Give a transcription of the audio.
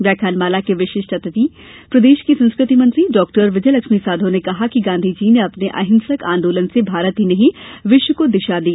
व्याख्यानमाला की विशिष्ट अतिथि प्रदेश की संस्कृति मंत्री डाक्टर विजयलक्ष्मी साधौ ने कहा कि गांधीजी ने अपने अहिंसक आंदोलन से भारत ही नहीं विश्व को दिशा दी